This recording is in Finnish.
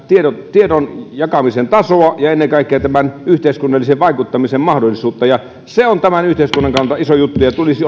tiedon tiedon jakamisen tasoa ja ennen kaikkea yhteiskunnallisen vaikuttamisen mahdollisuutta ja se on tämän yhteiskunnan kannalta iso juttu ja sen tulisi